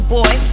boy